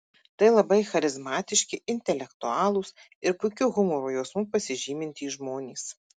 tai labai charizmatiški intelektualūs ir puikiu humoro jausmu pasižymintys žmonės